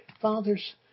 Fathers